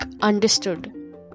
understood